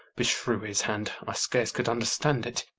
beshrew his hand, i scarce could understand it.